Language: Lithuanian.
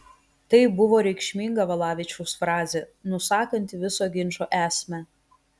tai buvo reikšminga valavičiaus frazė nusakanti viso ginčo esmę